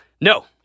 No